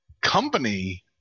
company